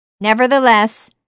Nevertheless